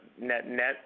net-net